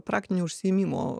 praktinio užsiėmimo